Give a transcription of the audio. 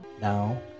Now